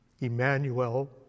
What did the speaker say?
Emmanuel